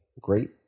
great